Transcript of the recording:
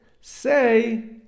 say